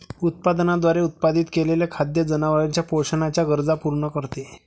उत्पादनाद्वारे उत्पादित केलेले खाद्य जनावरांच्या पोषणाच्या गरजा पूर्ण करते